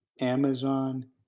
Amazon